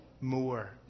more